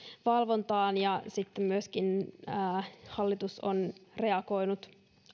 valvontaan ja sitten hallitus on myöskin reagoinut